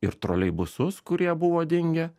ir troleibusus kurie buvo dingę